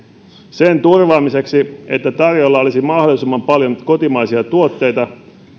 sen turvaamiseksi että tarjolla olisi mahdollisimman paljon kotimaisia tuotteita